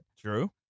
True